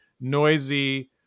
noisy